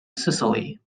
sicily